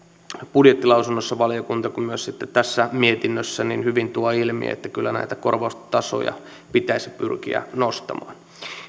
budjettilausunnossa kuin myös sitten tässä mietinnössä hyvin tuo ilmi että kyllä näitä korvaustasoja pitäisi pyrkiä nostamaan